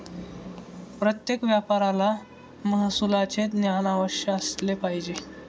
प्रत्येक व्यापाऱ्याला महसुलाचे ज्ञान अवश्य असले पाहिजे